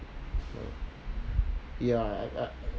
ya I I I